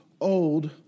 old